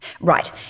Right